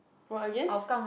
what again